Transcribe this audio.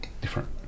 different